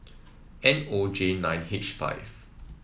N O J nine H five